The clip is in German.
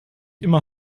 immer